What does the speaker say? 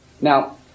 Now